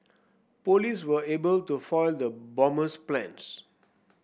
police were able to foil the bomber's plans